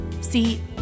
See